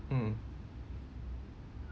mm